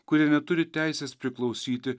kurie neturi teisės priklausyti